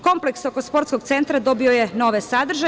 Kompleks oko sportskog centra dobio je nove sadržaje.